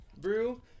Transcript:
brew